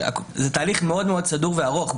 זה תהליך מאוד מאוד סדור וארוך,